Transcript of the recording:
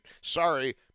sorry